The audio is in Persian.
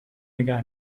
نگه